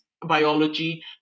biology